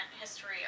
history